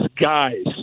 guys